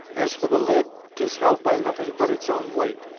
as for the lid, tis held by nothing but its own weight,